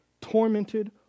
tormented